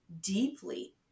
deeply